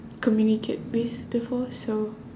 communicate with before so